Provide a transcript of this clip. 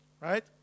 Right